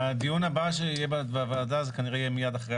הדיון הבא שיהיה בוועדה יהיה מיד אחרי